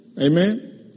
Amen